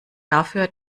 dafür